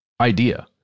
idea